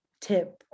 tip